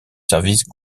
services